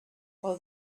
well